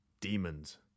Demons